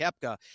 Kepka